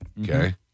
Okay